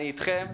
אני אתכם,